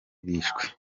bishwe